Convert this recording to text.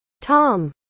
Tom